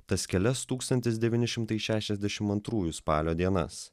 tas kelias tūkstantis devyni šimtai šešiasdešimt antrųjų spalio dienas